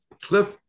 Cliff